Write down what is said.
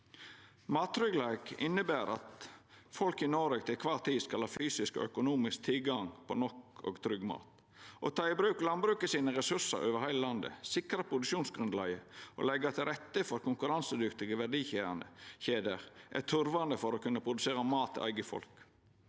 Mattryggleik inneber at folk i Noreg til kvar tid skal ha fysisk og økonomisk tilgang på nok og trygg mat. Å ta i bruk landbruksressursane over heile landet, sikra produksjonsgrunnlaget og leggja til rette for konkurransedyktige verdikjeder er turvande for å kunna produsera mat til eige folk.